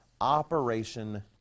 Operation